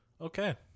okay